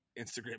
Instagram